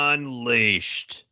Unleashed